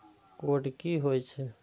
Code की होय छै?